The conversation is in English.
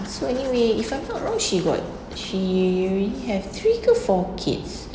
so anyway if I'm not wrong she got she already have three ke four kids